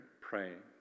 praying